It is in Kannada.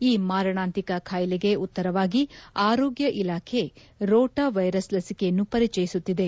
ಈ ಮಾರಣಾಂತಿಕ ಖಾಯಿಲೆಗೆ ಉತ್ತರವಾಗಿ ಆರೋಗ್ಯ ಇಲಾಖೆ ರೋಟಾ ವೈರಸ್ ಲಸಿಕೆಯನ್ನು ಪರಿಚಯಿಸುತ್ತಿದೆ